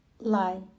Lie